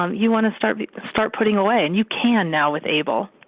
um you want to start to start putting away and you can now with able.